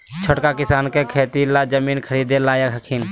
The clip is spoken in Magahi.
छोटका किसान का खेती ला जमीन ख़रीदे लायक हथीन?